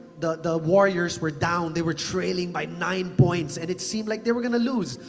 the the warriors were down. they were trailing by nine points and it seemed like they were gonna lose.